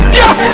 yes